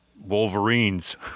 Wolverines